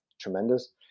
tremendous